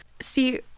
See